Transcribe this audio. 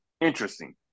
Interesting